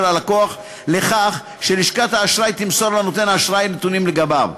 הלקוח לכך שלשכת האשראי תמסור לנותן האשראי נתונים לגביו.